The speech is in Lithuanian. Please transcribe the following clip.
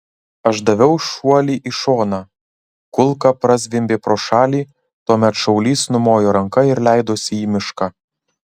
aš daviau šuolį į šoną kulka prazvimbė pro šalį tuomet šaulys numojo ranka ir leidosi į mišką